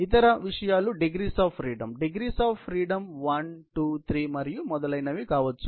ఇతర విషయాలు degrees of freedom degrees of freedom 1 2 3 మరియు మొదలైనవి కావచ్చు